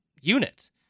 unit